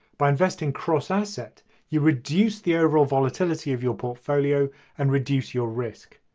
by investing cross-asset you reduce the overall volatility of your portfolio and reduce your risk.